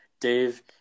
Dave